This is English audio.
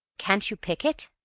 can't you pick it?